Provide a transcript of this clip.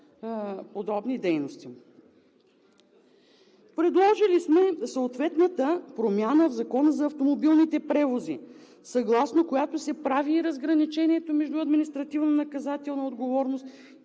подобни дейности. Предложили сме съответната промяна в Закона за автомобилните превози, съгласно която се прави разграничението между административнонаказателна отговорност